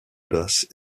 basses